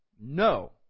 no